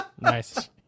Nice